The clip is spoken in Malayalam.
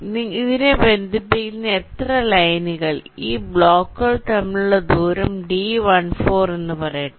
അതിനാൽ ഇതിനെ ബന്ധിപ്പിക്കുന്ന എത്ര ലൈനുകൾ ഈ ബ്ലോക്കുകൾ തമ്മിലുള്ള ദൂരം d14 എന്ന് പറയട്ടെ